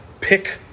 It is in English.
pick